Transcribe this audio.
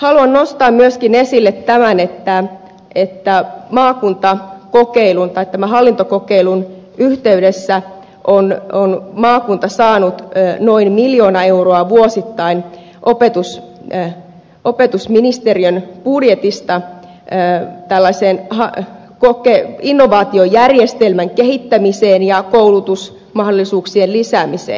haluan nostaa myöskin esille että tämän hallintokokeilun yhteydessä on maakunta saanut noin miljoona euroa vuosittain opetusministeriön budjetista innovaatiojärjestelmän kehittämiseen ja koulutusmahdollisuuksien lisäämiseen